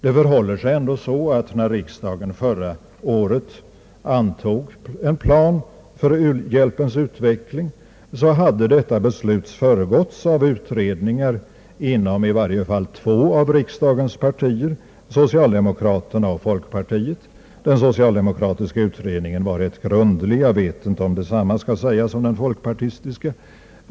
Det förhåller sig ändå så att när riksdagen förra året antog en plan för u-hjälpens utveckling hade detta beslut föregåtts av utredningar inom i varje fall två av riksdagens partier, socialdemokraterna och folkpartiet. Den socialdemokratiska utredningen var rätt grundlig. Jag vet inte om detsamma kan sägas om den folkpartistiska.